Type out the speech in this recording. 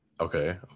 Okay